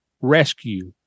rescue